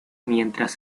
mientras